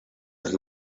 who